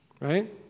Right